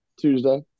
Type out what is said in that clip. Tuesday